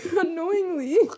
annoyingly